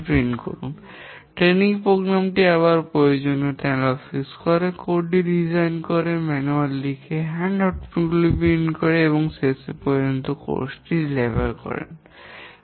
প্রশিক্ষণ প্রোগ্রামটি আবার প্রয়োজনীয়তা বিশ্লেষণ করে কোর্সটি ডিজাইন করে ম্যানুয়ালটি লিখে হ্যান্ডআউট গুলি প্রিন্ট করে এবং শেষ পর্যন্ত কোর্সটি বিতরণ করবে